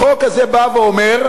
החוק הזה בא ואומר: